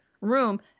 room